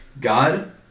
God